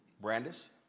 Brandis